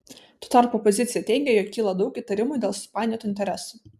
tuo tarpu opozicija teigia jog kyla daug įtarimų dėl supainiotų interesų